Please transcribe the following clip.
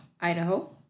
idaho